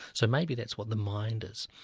so maybe that's what the mind is,